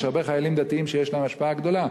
יש הרבה חיילים דתיים שיש להם השפעה גדולה.